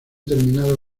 terminado